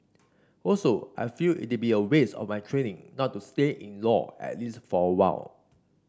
also I feel it'd be a waste of my training not to stay in law at least for a while